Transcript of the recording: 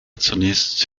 zunächst